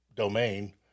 domain